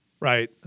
Right